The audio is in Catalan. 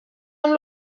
amb